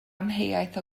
amheuaeth